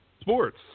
sports